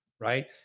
right